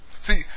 See